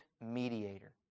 mediator